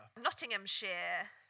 Nottinghamshire